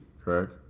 correct